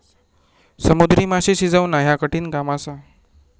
समुद्री माशे शिजवणा ह्या कठिण काम असा